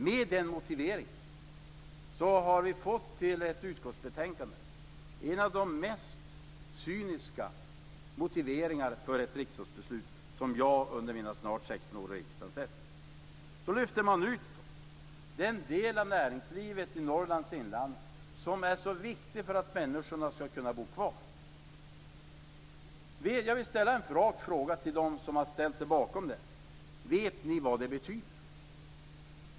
Med den motiveringen har vi i ett utskottsbetänkande fått en av de mest cyniska motiveringar för ett riksdagsbeslut som jag under mina snart 16 år i riksdagen har sett. Man lyfter ut den del av näringslivet i Norrlands inland som är så viktig för att människorna skall kunna bo kvar där. Jag vill ställa en rak fråga till dem som ställt sig bakom detta: Vet ni vad det betyder?